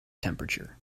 temperature